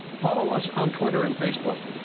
follow us on twitter and facebook.